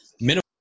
minimum